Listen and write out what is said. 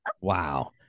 Wow